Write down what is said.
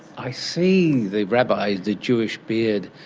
i see, the rabbi, the jewish beard.